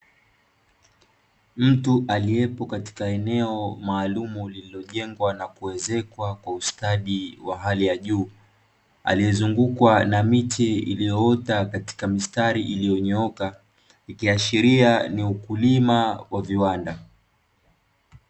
Mtu aliyepo katika eneo maalumu lililojengwa na kuezekwa kwa ustadi wa hali ya juu, aliyezungukwa na miti iliyoota katika mistari iliyonyooka, ikiashiria ni ukulima wa viwanda.